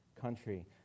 country